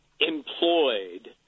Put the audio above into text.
employed